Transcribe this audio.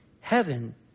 heaven